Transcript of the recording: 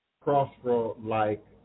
crossroad-like